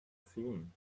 seen